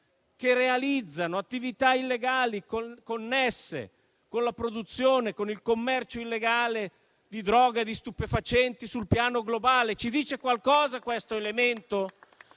e realizzano attività illegali connesse alla produzione e al commercio illegale di droga di stupefacenti sul piano globale? Ci dice qualcosa questo elemento?